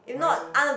why leh